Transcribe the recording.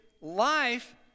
life